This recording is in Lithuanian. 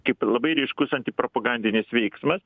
kaip labai ryškus antipropagandinis veiksmas